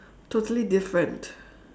totally different